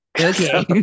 Okay